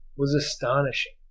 was astonishing,